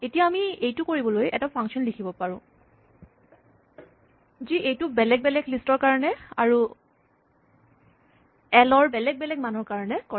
এতিয়া আমি এইটো কৰিবলৈ এটা ফাংচন লিখিব পাৰো যি এইটো বেলেগ বেলেগ লিষ্ট ৰ কাৰণে আৰু এল ৰ বেলেগ বেলেগ মানৰ কাৰণে কৰে